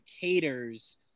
caters